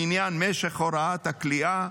לעניין משך הוראת הכליאה,